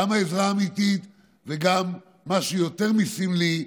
גם העזרה האמיתית וגם משהו יותר מסמלי,